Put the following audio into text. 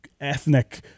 ethnic